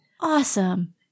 Awesome